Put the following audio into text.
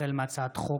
החל בהצעת חוק